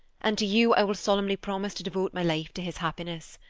and to you i will solemnly promise to devote my life to his happiness.